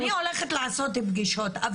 אני הולכת לעשות פגישות,